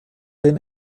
den